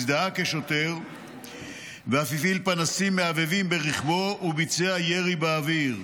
הזדהה כשוטר ואף הפעיל פנסים מהבהבים ברכבו וביצע ירי באוויר.